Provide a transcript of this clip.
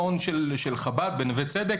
מעון של חב"ד בנווה צדק,